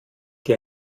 dir